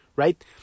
Right